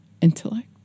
intellect